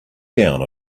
down